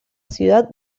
ciudad